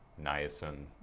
niacin